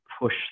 push